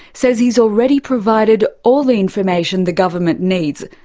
says he's already provided all the information the government needs,